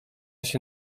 się